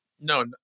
No